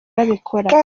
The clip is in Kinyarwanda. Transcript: babikora